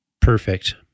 Perfect